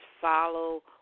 follow